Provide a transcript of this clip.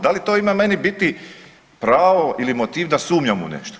Da li to ima meni biti pravo ili motiv da sumnjam u nešto?